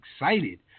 excited